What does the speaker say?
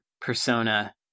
Persona